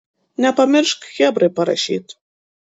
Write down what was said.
nepamiršk chebrai parašyt